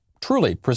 truly